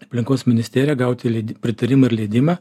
aplinkos ministeriją gauti pritarimą ir leidimą